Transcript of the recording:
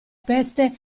peste